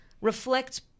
reflect